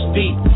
deep